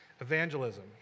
Evangelism